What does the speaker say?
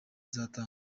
tuzatanga